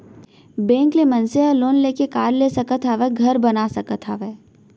bank ले मनसे ह लोन लेके कार ले सकत हावय, घर बना सकत हावय